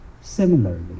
Similarly